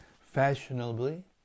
fashionably